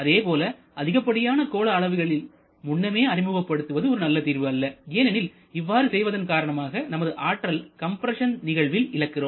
அதேபோல அதிகப்படியான கோண அளவுகளில் முன்னமே அறிமுகப்படுத்துவது ஒரு நல்ல தீர்வு அல்லஏனெனில் இவ்வாறு செய்வதன் காரணமாக நாம் நமது ஆற்றலை கம்ப்ரஸன் நிகழ்வில் இழக்கிறோம்